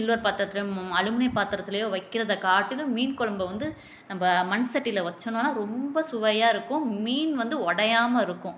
silver பாத்திரத்திலையும் aluminium பாத்திரத்திலையோ வைக்கிறதை காட்டிலும் மீன் குழம்பு வந்து நம்ப மண் சட்டியில் வச்சோம்னோன்னா ரொம்ப சுவையாக இருக்கும் மீன் வந்து உடையாம இருக்கும்